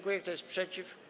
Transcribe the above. Kto jest przeciw?